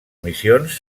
missions